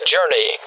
Journey